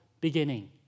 beginning